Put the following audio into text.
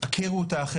כאילו שהדרך שלהם,